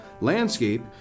landscape